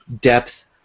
depth